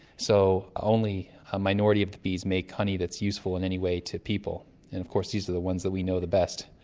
so only a minority of the bees make honey that's useful in any way to people, and of course these are the ones that we know the best.